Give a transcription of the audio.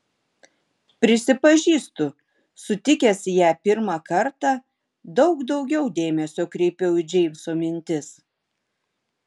prisipažįstu sutikęs ją pirmą kartą daug daugiau dėmesio kreipiau į džeimso mintis